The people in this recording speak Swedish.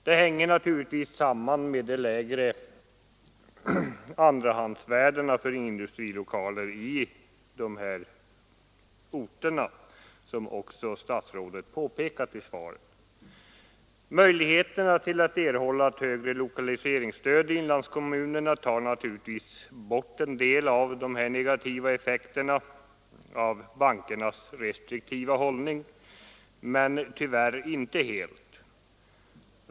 Detta hänger naturligtvis samman med de lägre andrahandsvärdena för industrilokaler på de här orterna, som statsrådet också påpekar i svaret. Möjligheterna att erhålla ett högre lokaliseringsstöd i inlandskommunerna tar naturligtvis bort en del av de negativa effekterna av bankernas restriktiva hållning, men tyvärr inte alla.